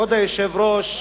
כבוד היושב-ראש,